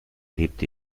lebt